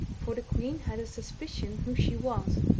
for the queen had a suspicion who she was.